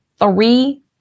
Three